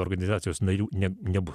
organizacijos narių ne nebus